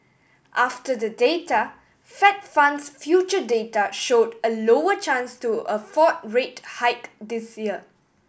after the data Fed funds future data showed a lower chance to a fourth rate hike this year